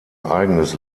eigenes